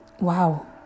wow